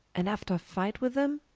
and after fight with them?